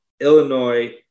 Illinois